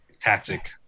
tactic